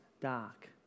dark